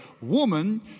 Woman